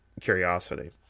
curiosity